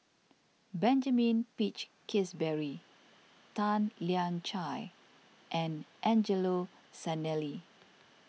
Benjamin Peach Keasberry Tan Lian Chye and Angelo Sanelli